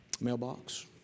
mailbox